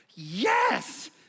yes